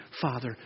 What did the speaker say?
Father